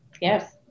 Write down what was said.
Yes